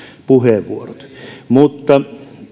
puheenvuorot mutta